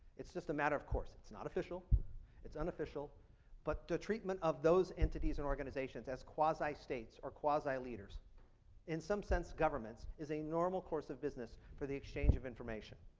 it's just a matter of course. it's not official it's unofficial but the treatment of those entities and organizations as because i states are quasi-leaders in some sense governments is a normal course of business for the exchange of information.